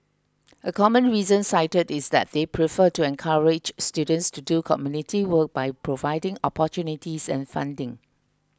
a common reason cited is that they prefer to encourage students to do community work by providing opportunities and funding